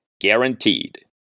guaranteed